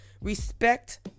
Respect